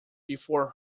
before